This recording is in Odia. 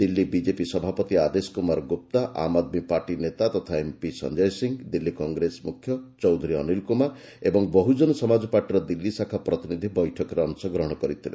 ଦିଲ୍ଲୀ ବିଜେପି ସଭାପତି ଆଦେଶ କୁମାର ଗୁପ୍ତା ଆମ୍ ଆଦମୀ ପାର୍ଟି ନେତା ତଥା ଏମ୍ପି ସଞ୍ଜୟ ସିଂହ ଦିଲ୍ଲୀ କଂଗ୍ରେସ ମୁଖ୍ୟ ଚୌଧୁରୀ ଅନୀଲ କୁମାର ଓ ବହୁଜନ ସମାଜପାର୍ଟିର ଦିଲ୍ଲୀ ଶାଖା ପ୍ରତିନିଧି ବୈଠକରେ ଅଂଶଗ୍ରହଣ କରିଥିଲେ